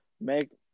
make